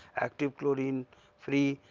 active chlorine free,